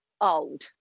old